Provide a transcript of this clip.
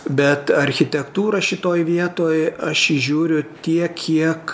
bet architektūrą šitoj vietoj aš įžiūriu tiek kiek